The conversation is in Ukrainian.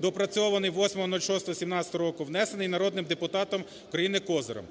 доопрацьований 08.06.2017 року, внесений народним депутатом України Козирем